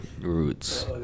roots